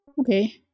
Okay